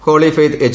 holy faith H